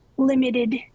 limited